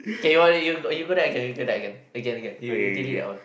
okay why don't you you go there again again you delete that one